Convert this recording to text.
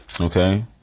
Okay